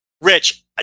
Rich